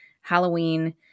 Halloween